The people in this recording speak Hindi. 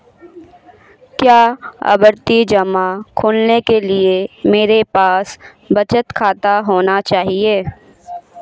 क्या आवर्ती जमा खोलने के लिए मेरे पास बचत खाता होना चाहिए?